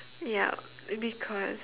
yup because